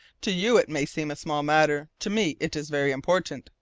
to you it may seem a small matter. to me, it is very important,